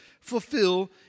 fulfill